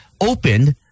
opened